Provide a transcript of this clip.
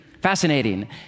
fascinating